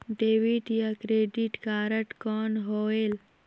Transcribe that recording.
Debit या credit card कौन होएल?